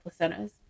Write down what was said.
placentas